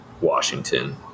Washington